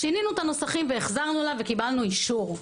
שינינו את הנוסחים והחזרנו לה וקיבלנו אישור.